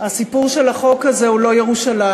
הסיפור של החוק הזה הוא לא ירושלים,